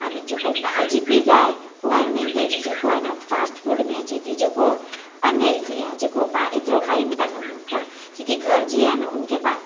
अने जेको ॿाहिरि जी पीज़ा आहे उहो आहे मैदे जी जेको आहे न फ़ास्ट फ़ूड में अचे थी जेको अनहेल्दी आहे जेको पाणि ऐतिरो खाई नथा सघूं पर जेकी घर जी आहे न हुनखे पाणि